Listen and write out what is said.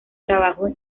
trabajo